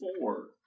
four